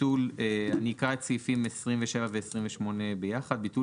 אני אקרא את סעיפים 27 ו-28 ביחד: ביטול